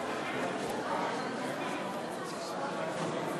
עיון חוזר בפטור מטעמי הכרה דתית שהושג במרמה),